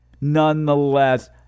nonetheless